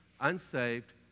unsaved